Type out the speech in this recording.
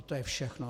To je všechno.